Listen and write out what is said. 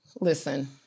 listen